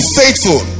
faithful